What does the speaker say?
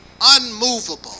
unmovable